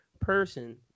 person